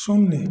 शून्य